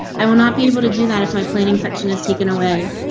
i will not be able to do that if my planning section is taken away.